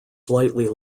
slightly